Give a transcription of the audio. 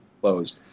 closed